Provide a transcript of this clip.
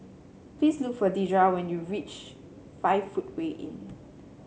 please look for Dedra when you reach Five Footway Inn